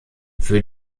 für